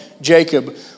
Jacob